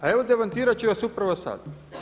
A evo demantirat ću vas upravo sad.